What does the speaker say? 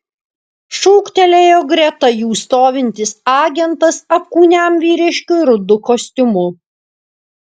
šūktelėjo greta jų stovintis agentas apkūniam vyriškiui rudu kostiumu